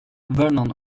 vernon